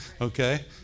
Okay